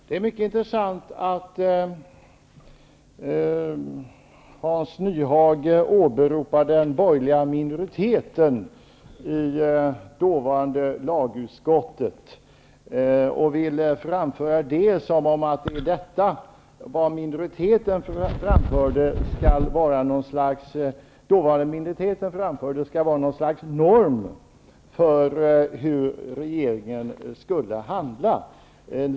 Herr talman! Det är mycket intressant att Hans Nyhage åberopar den borgerliga minoriteten i dåvarande lagutskottet. Han hävdar att det är vad dåvarande minoriteten framförde som skall vara något slags norm för hur regeringen skall handla.